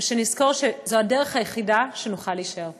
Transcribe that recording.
ושנזכור שזו הדרך היחידה שנוכל להישאר פה.